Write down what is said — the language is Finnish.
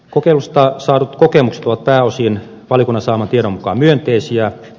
kokeilusta saadut kokemukset ovat pääosin valiokunnan saaman tiedon mukaan myönteisiä